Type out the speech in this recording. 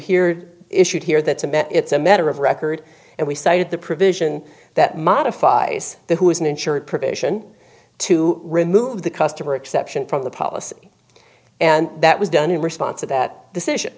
here issued here that it's a matter of record and we cited the provision that modifies the who is an insured provision to remove the customer exception from the policy and that was done in response to that decision